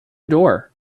door